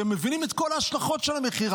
כי הם מבינים את כל ההשלכות של המכירה.